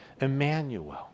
Emmanuel